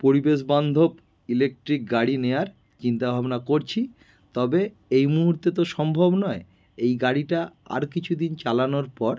পরিবেশবান্ধব ইলেকট্রিক গাড়ি নেওয়ার চিন্তা ভাবনা করছি তবে এই মুহূর্তে তো সম্ভব নয় এই গাড়িটা আর কিছু দিন চালানোর পর